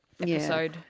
episode